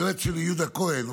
היועץ שלי יהודה כהן,